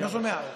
קבוצות מיעוט